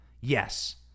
Yes